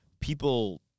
people